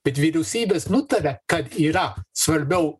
bet vyriausybės nutarė kad yra svarbiau